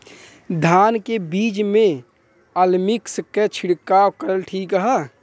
धान के बिज में अलमिक्स क छिड़काव करल ठीक ह?